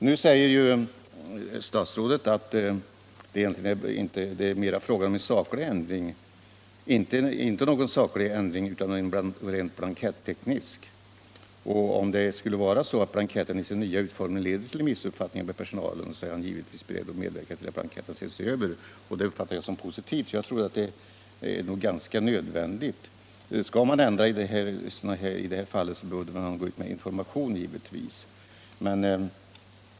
Nu säger ju statsrådet att det inte är fråga om någon saklig ändring utan en blanketteknisk och att han, om det skulle vara så att blanketten i sin nya utformning leder till missuppfattning bland personalen, givetvis är beredd att medverka till att blanketten ses över. Det uppfattar jag som positivt. Jag tror att det är nödvändigt. Skall man ändra en blankett, såsom skett i det här fallet, bör man givetvis gå ut med information.